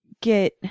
get